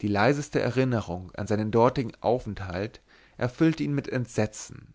die leiseste erinnerung an seinen dortigen aufenthalt erfüllte ihn mit entsetzen